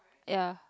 ya